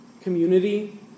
community